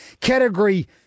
category